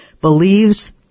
believes